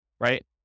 right